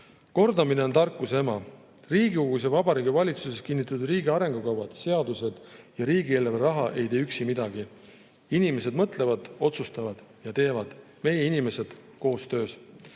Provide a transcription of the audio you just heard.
Kordamine on tarkuse ema. Riigikogus ja Vabariigi Valitsuses kinnitatud riigi arengukavad, seadused ja riigieelarve raha ei tee üksi midagi – inimesed mõtlevad, otsustavad ja teevad. Meie inimesed, koostöös.